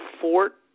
fort